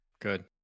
Good